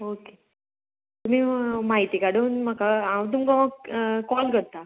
okay तुमी म्हायती काडून म्हाका हांव तुमकां कॉल करता